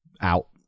out